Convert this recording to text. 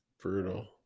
brutal